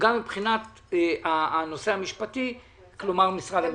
וגם מבחינת הנושא המשפטי, כלומר משרד המשפטים.